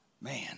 Man